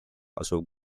asuv